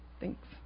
Thanks